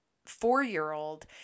four-year-old